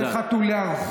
לכן כואב לי הלב,